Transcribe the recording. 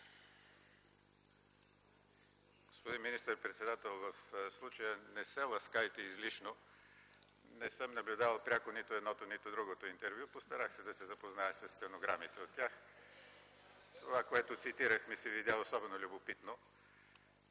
Господин министър-председател, в случая не се ласкайте излишно – не съм наблюдавал пряко нито едното, нито другото интервю. Постарах се да се запозная със стенограмите от тях. (Оживление в ГЕРБ.) Това, което цитирах, ми се видя особено любопитно.